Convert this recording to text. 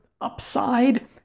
upside